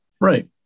Right